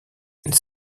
les